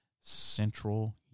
Central